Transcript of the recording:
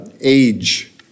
age